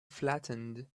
flattened